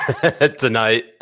tonight